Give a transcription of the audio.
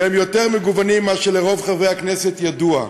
שהם יותר מגוונים מאשר לרוב חברי הכנסת ידוע.